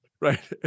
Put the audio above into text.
Right